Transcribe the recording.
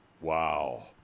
Wow